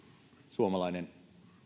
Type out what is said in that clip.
suomalainen